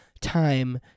Time